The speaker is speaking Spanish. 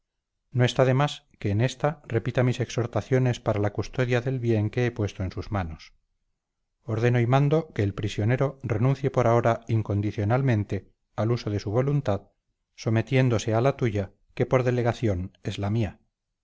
no está de más que en esta repita mis exhortaciones para la custodia del bien que he puesto en tus manos ordeno y mando que el prisionero renuncie por ahora incondicionalmente al uso de su voluntad sometiéndose a la tuya que por delegación es la mía